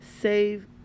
save